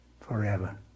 forever